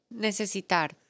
Necesitar